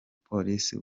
police